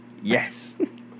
Yes